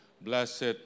blessed